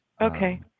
okay